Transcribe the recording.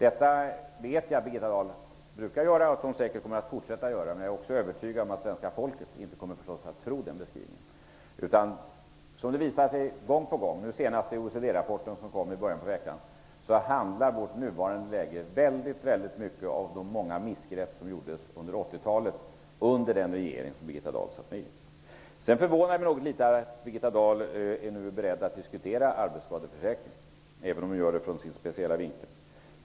Jag vet att Birgitta Dahl brukar göra detta och säkert kommer att fortsätta att göra. Men jag är övertygad om att svenska folket inte kommer att tro den beskrivningen. Det har visat sig gång på gång -- nu senast i den OECD-rapport som kom i början av veckan -- att vårt nuvarande läge väldigt mycket handlar om de missgrepp som gjordes under 80-talet, under den regering som Birgitta Dahl satt med i. Det förvånar mig litet att Birgitta Dahl nu är beredd att diskutera arbetsskadeförsäkringen, även om hon gör det från sin speciella vinkel.